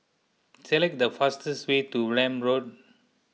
select the fastest way to Welm Road